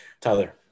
Tyler